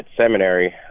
seminary